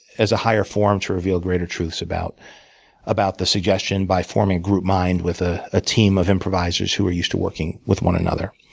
as a higher form to reveal greater truths about about the suggestion by forming group mind with ah a team of improvisers who are used to working with one another.